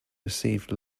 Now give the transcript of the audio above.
received